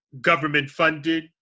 Government-funded